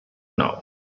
now